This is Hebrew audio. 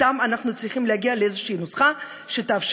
אתם אנחנו צריכים להגיע לאיזו נוסחה שתאפשר